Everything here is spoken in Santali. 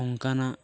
ᱚᱱᱠᱟᱱᱟᱜ